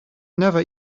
never